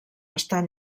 estan